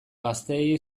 gazteei